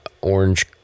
orange